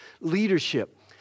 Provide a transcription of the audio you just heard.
leadership